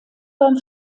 beim